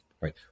Right